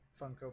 Funko